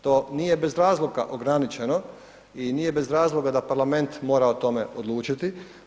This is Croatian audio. To nije bez razloga ograničeno i nije bez razloga da parlament mora o tome odlučiti.